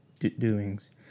Doings